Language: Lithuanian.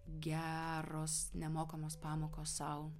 geros nemokamos pamokos sau